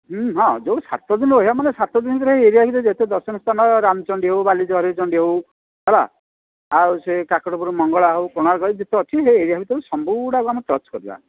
ହଁ ଯଉ ସାତ ଦିନ ରହିବା ମାନେ ସାତ ଦିନ ଭିତରେ ସେ ଏରିଆ ଭିତରେ ଯେତେ ଦର୍ଶନୀୟ ସ୍ଥାନ ରାମଚଣ୍ଡୀ ହେଉ ବାଲିହର୍ ଚଣ୍ଡୀ ହେଉ ହେଲା ଆଉ ସେ କାକଟପୁର ମଙ୍ଗଳା ହେଉ କୋଣାର୍କ ହେଉ ଯେତେ ଅଛି ସେ ଏରିଆ ଭିତରେ ସବୁ ଗୁଡ଼ାକୁ ଆମେ ଟଚ୍ କରିବା